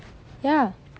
ya